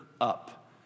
up